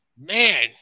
Man